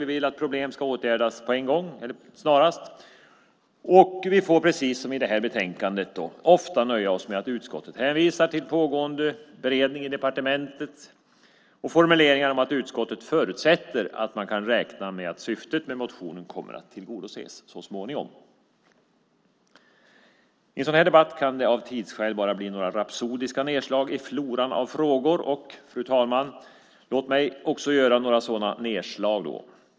Vi vill att problem ska åtgärdas snarast, men vi får precis som i detta betänkande ofta nöja oss med att utskottet hänvisar till pågående beredning i departementet och formuleringar om att utskottet förutsätter att man kan räkna med att syftet med motionen kommer att tillgodoses så småningom. I en sådan här debatt kan det av tidsskäl bara bli några rapsodiska nedslag i floran av frågor och, fru talman, låt också mig göra några sådana nerslag.